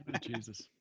jesus